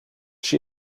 she